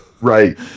right